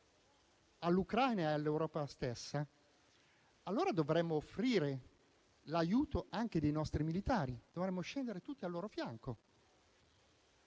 all'Ucraina e all'Europa stessa, allora dovremmo offrire l'aiuto anche dei nostri militari. Dovremmo scendere tutti al loro fianco.